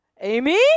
Amy